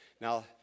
Now